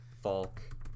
Falk